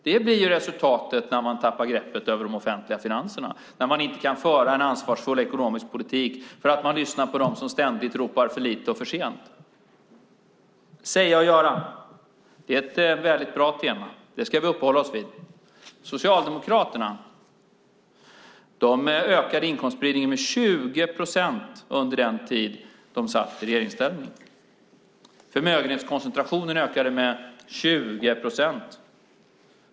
Det blir resultatet när man tappar greppet om de offentliga finanserna, när man inte kan föra en ansvarsfull ekonomisk politik därför att man har lyssnat på dem som ständigt ropar för lite och för sent. Säga och göra är ett väldigt bra tema. Det ska vi uppehålla oss vid. Socialdemokraterna ökade inkomstspridningen med 20 procent under den tid de satt i regeringsställning. Förmögenhetskoncentrationen ökade med 20 procent.